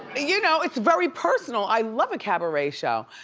you know, it's very personal. i love a cabaret show.